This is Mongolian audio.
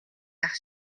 байх